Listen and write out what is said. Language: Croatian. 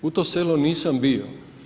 U tom selu nisam bio.